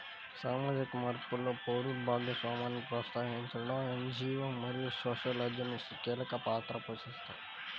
సామాజిక మార్పులో పౌరుల భాగస్వామ్యాన్ని ప్రోత్సహించడంలో ఎన్.జీ.వో మరియు సోషల్ ఏజెన్సీలు కీలక పాత్ర పోషిస్తాయి